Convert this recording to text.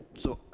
so,